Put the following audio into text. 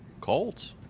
Colts